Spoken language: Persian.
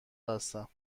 هستم